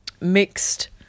mixed